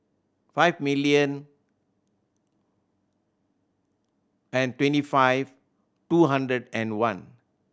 five million and twenty five two hundred and one